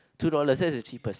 two dollars that's the cheapest